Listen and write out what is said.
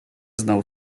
znał